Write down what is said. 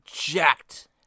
jacked